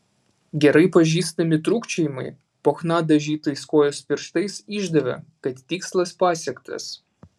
gerai pažįstami trūkčiojimai po chna dažytais kojos pirštais išdavė kad tikslas pasiektas